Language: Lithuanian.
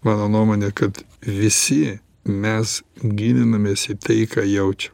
mano nuomone kad visi mes gilinamės į tai ką jaučiam